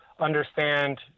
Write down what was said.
understand